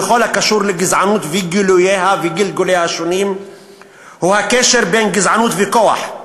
בכל הקשור לגזענות וגילוייה וגלגוליה השונים היא הקשר בין גזענות וכוח.